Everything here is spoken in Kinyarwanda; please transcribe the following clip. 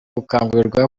gukangurirwa